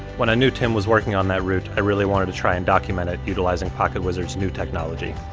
when i knew tim was working on that route i really wanted to try and document it utilizing pocketwizard's new technology.